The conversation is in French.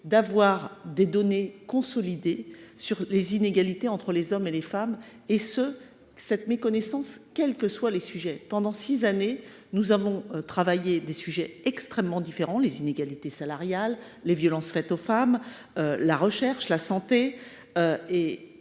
d’obtenir des données consolidées au sujet des inégalités entre les hommes et les femmes, quels que soient les sujets. Pendant six années, nous avons travaillé sur des sujets extrêmement différents, comme les inégalités salariales, les violences faites aux femmes, la recherche, la santé ou